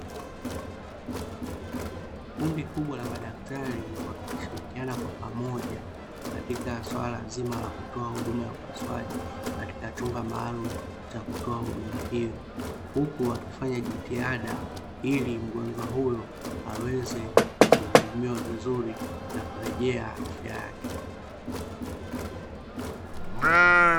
Kundi kubwa la madaktari, wakishirikiana kwa pamoja katika suala zima la kutoa huduma ya upasuaji katika chumba maalumu cha kutoa huduma hiyo, huku wakifanya jitihada ili mgonjwa huyo aweze kuhudumiwa vizuri na kurejea afya yake.